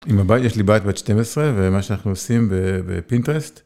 עם הבית, יש לי בת בת 12, ומה שאנחנו עושים בפינטרסט.